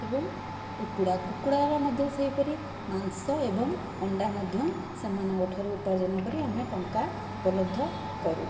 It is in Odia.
ଏବଂ କୁକୁଡ଼ା କୁକୁଡ଼ାର ମଧ୍ୟ ସେହିପରି ମାଂସ ଏବଂ ଅଣ୍ଡା ମଧ୍ୟ ସେମାନଙ୍କଠାରୁ ଉପାର୍ଜନ କରି ଆମେ ଟଙ୍କା ଉପଲବ୍ଧ କରୁ